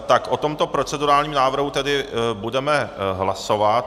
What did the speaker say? O tomto procedurálním návrhu tedy budeme hlasovat.